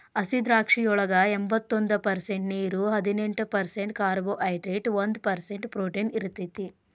ಹಸಿದ್ರಾಕ್ಷಿಯೊಳಗ ಎಂಬತ್ತೊಂದ ಪರ್ಸೆಂಟ್ ನೇರು, ಹದಿನೆಂಟ್ ಪರ್ಸೆಂಟ್ ಕಾರ್ಬೋಹೈಡ್ರೇಟ್ ಒಂದ್ ಪರ್ಸೆಂಟ್ ಪ್ರೊಟೇನ್ ಇರತೇತಿ